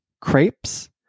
crepes